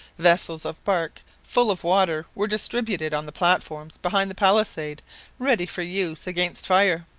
vessels of bark full of water were distributed on the platforms behind the palisade ready for use against fire.